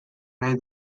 nahi